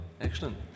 Excellent